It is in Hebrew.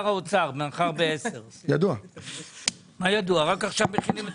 שרוצה לקחת משכנתא ורוצה לברר מה התנאים האופטימאליים